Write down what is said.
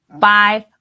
Five